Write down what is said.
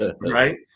right